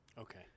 okay